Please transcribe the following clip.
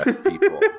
people